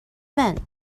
meant